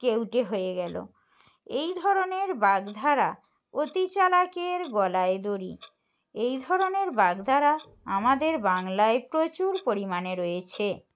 কেউটে হয়ে গেলো এই ধরনের বাগধারা অতি চালাকের গলায় দড়ি এই ধরনের বাগধারা আমাদের বাংলায় প্রচুর পরিমাণে রয়েছে